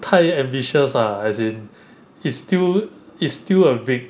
太 ambitious ah as in it's still it's still a big